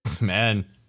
Man